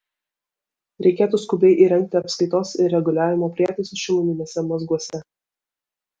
reikėtų skubiai įrengti apskaitos ir reguliavimo prietaisus šiluminiuose mazguose